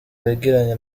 yagiranye